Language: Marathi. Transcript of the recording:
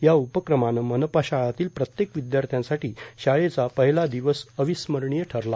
या उपक्रमाने मनपा शाळांतील प्रत्येक विद्यार्थ्यांसाठी शाळेचा पहिला दिवस अविस्मरणीय ठरला